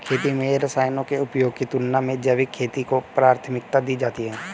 खेती में रसायनों के उपयोग की तुलना में जैविक खेती को प्राथमिकता दी जाती है